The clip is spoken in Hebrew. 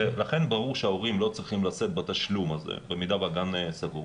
לכן ברור שההורים לא צריכים לשאת בתשלום הזה במידה והגן סגור.